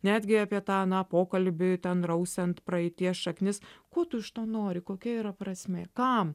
netgi apie tą na pokalbį ten drausiant praeities šaknis ko tu iš to nori kokia yra prasmė kam